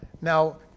now